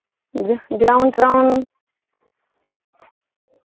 গ gown town